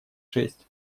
шесть